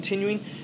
continuing